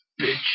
bitch